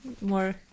more